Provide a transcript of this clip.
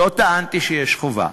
לא טענתי שיש חובה,